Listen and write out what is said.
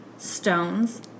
stones